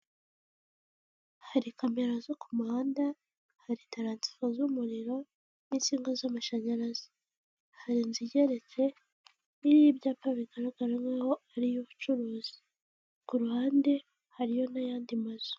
Hari kamera zo ku muhanda, hari taransifa z'umuriro n'insinga z'amashanyarazi, hari inzu igeretse iriho ibyapa bigaragara nkaho ari iy'ubucuruzi, ku ruhande hariyo n'ayandi mazu.